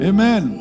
Amen